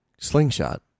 Slingshot